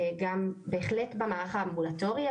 גם בהחלט במערך האמבולטורי,